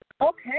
Okay